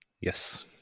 Yes